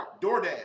DoorDash